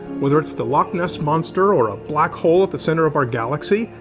whether it's the loch ness monster or a black hole at the center of our galaxy,